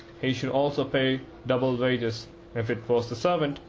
he should also pay double wages if it was the servant,